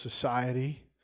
society